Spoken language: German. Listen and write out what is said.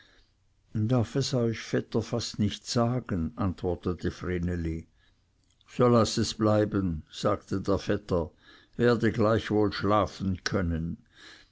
darf es euch vetter fast nicht sagen antwortete vreneli so laß es bleiben sagte der vetter werde gleichwohl schlafen können